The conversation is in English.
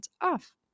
off